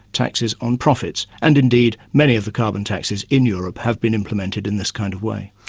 taxes on profits, and indeed, many of the carbon taxes in europe have been implemented in this kind of way.